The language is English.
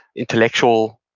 intellectual,